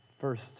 first